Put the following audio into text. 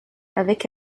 avec